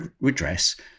redress